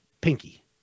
pinky